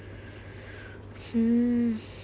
hmm